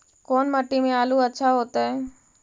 कोन मट्टी में आलु अच्छा होतै?